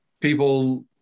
people